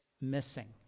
missing